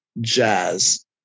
jazz